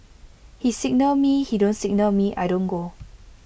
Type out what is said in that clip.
he signal me he don't signal me I don't go